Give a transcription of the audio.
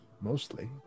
Mostly